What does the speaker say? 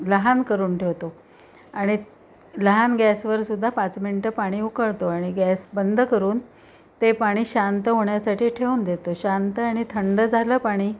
लहान करून ठेवतो आणि लहान गॅसवर सुद्धा पाच मिनिटं पाणी उकळतो आणि गॅस बंद करून ते पाणी शांत होण्यासाठी ठेवून देतो शांत आणि थंड झालं पाणी